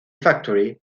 factory